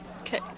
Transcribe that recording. Okay